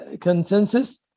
consensus